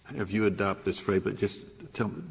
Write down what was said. have you adopt this phrase, but just to